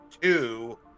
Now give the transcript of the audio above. two